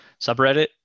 subreddit